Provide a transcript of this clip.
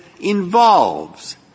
involves